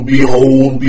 Behold